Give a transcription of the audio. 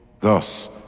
Thus